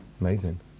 Amazing